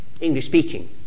English-speaking